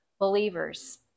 believers